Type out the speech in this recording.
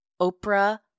Oprah